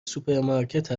سوپرمارکت